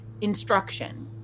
instruction